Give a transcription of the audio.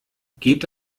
geht